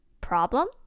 problem